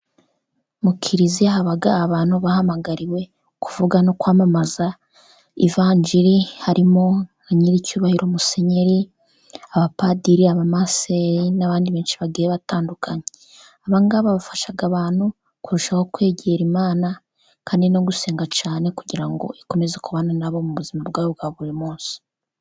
Mu kiliziya haba abantu bahamagariwe kuvuga no kwamamaza ivanjili. Harimo nka nyir'icyubahiro Musenyeri, abapadiri, abamaseri n'abandi benshi bagiye batandukanye. Aba ngaba bafasha abantu kurushaho kwegera Imana kandi no gusenga cyane kugira ngo ikomeze kubana na bo, mu buzima bwabo bwa buri munsi.